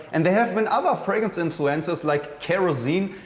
and there have been other fragrance influencers like kerosene,